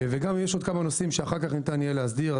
יש עוד כמה נושאים, אחר כך ניתן יהיה להסדיר.